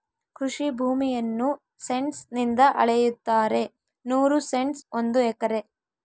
ಕೃಷಿ ಭೂಮಿಯನ್ನು ಸೆಂಟ್ಸ್ ನಿಂದ ಅಳೆಯುತ್ತಾರೆ ನೂರು ಸೆಂಟ್ಸ್ ಒಂದು ಎಕರೆ